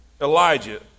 Elijah